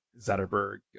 Zetterberg